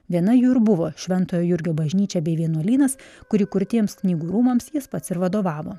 viena jų ir buvo šventojo jurgio bažnyčia bei vienuolynas kur įkurtiems knygų rūmams jis pats ir vadovavo